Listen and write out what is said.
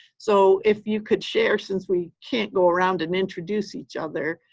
so if you could share since we can't go around and introduce each other.